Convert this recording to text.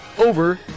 Over